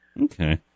Okay